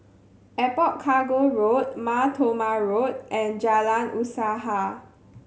Airport Cargo Road Mar Thoma Road and Jalan Usaha